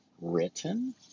written